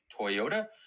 Toyota